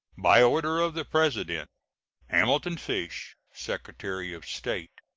by order of the president hamilton fish, secretary of state.